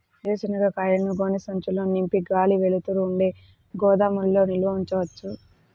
వేరుశనగ కాయలను గోనె సంచుల్లో నింపి గాలి, వెలుతురు ఉండే గోదాముల్లో నిల్వ ఉంచవచ్చా?